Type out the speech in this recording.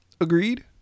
Agreed